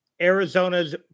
Arizona's